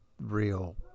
real